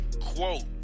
quote